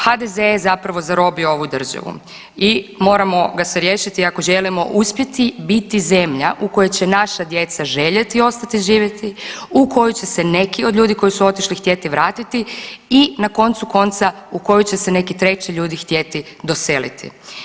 HDZ je zapravo zarobio ovu državu i moramo ga se riješiti ako želimo uspjeti, biti zemlja u kojoj će naša djeca željeti ostati živjeti, u kojoj će se neki od ljudi koji su otišli htjeti vratiti i na koncu konca u kojoj će se neki treći ljudi htjeti doseliti.